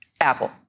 Apple